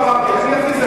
אני כבר אמרתי,